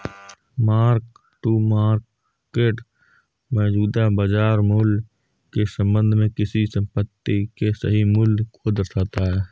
mark to market मौजूदा बाजार मूल्य के संबंध में किसी संपत्ति के सही मूल्य को दर्शाता है